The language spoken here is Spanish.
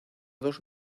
dos